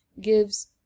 gives